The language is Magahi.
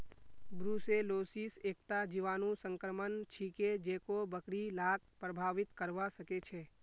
ब्रुसेलोसिस एकता जीवाणु संक्रमण छिके जेको बकरि लाक प्रभावित करवा सकेछे